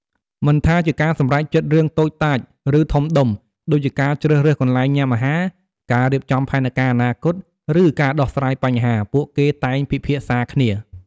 មិនថាជាការសម្រេចចិត្តរឿងតូចតាច ឬធំដុំ ដូចជាការជ្រើសរើសកន្លែងញ៉ាំអាហារ ការរៀបចំផែនការអនាគត ឬការដោះស្រាយបញ្ហា ពួកគេតែងពិភាក្សាគ្នា។